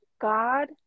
God